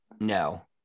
No